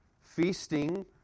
feasting